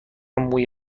موی